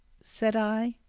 said i.